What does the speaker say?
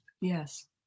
Yes